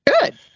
Good